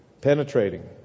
Penetrating